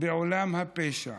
עולם הפשע